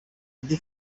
indi